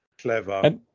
Clever